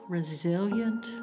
resilient